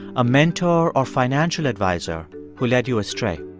a mentor or financial adviser who led you astray.